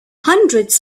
hundreds